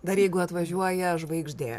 dar jeigu atvažiuoja žvaigždė